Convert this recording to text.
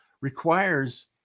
requires